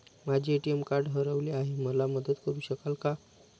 माझे ATM card हरवले आहे, मला मदत करु शकाल का?